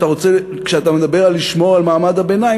שכשאתה מדבר על לשמור על מעמד הביניים,